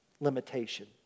limitation